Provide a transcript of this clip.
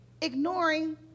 ignoring